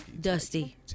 Dusty